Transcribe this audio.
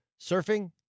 surfing